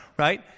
right